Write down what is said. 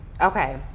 Okay